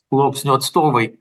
sluoksnių atstovai